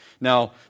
Now